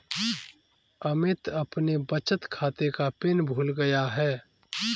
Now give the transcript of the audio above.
अमित अपने बचत खाते का पिन भूल गया है